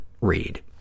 read